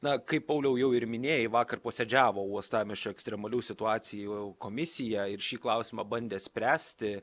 na kaip pauliau jau ir minėjai vakar posėdžiavo uostamiesčio ekstremalių situacijų komisija ir šį klausimą bandė spręsti